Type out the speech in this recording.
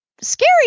scary